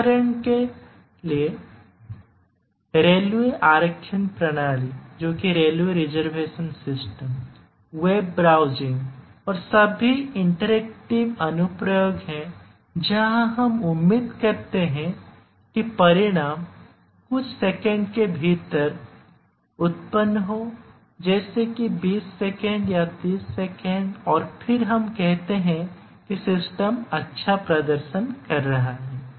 उदाहरण रेलवे आरक्षण प्रणाली वेब ब्राउजिंग और सभी इंटरैक्टिव अनुप्रयोग हैं जहां हम उम्मीद करते हैं कि परिणाम कुछ सेकंड के भीतर उत्पन्न हो जैसे कि 20 सेकंड या 30 सेकंड और फिर हम कहते हैं कि सिस्टम अच्छा प्रदर्शन कर रहा है